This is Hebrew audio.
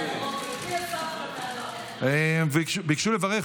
הבא, ביקשו לברך.